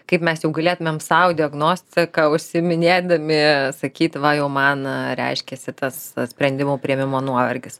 kaip mes jau galėtumėm sau diagnostika užsiiminėdami sakyt va jau mana reiškiasi tas sprendimų priėmimo nuovargis